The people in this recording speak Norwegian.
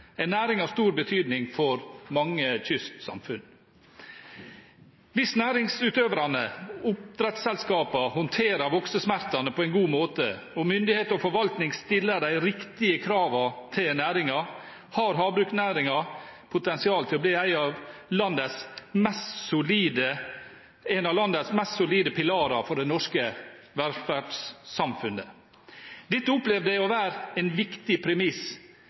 er en næring av stor betydning for mange kystsamfunn. Hvis næringsutøverne, oppdrettsselskapene, håndterer voksesmertene på en god måte og myndighet og forvaltning stiller de riktige kravene til næringen, har havbruksnæringen potensial til å bli en av landets mest solide pilarer for det norske velferdssamfunnet. Dette opplevde jeg var en viktig premiss